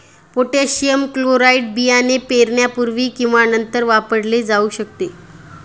potassium chloride बियाणे पेरण्यापूर्वी किंवा नंतर वापरले जाऊ शकते